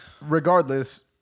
regardless